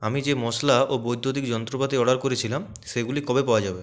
আমি যে মশলা ও বৈদ্যুতিক যন্ত্রপাতি অর্ডার করেছিলাম সেগুলি কবে পাওয়া যাবে